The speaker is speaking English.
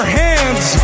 hands